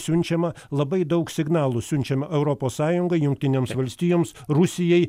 siunčiama labai daug signalų siunčiama europos sąjungai jungtinėms valstijoms rusijai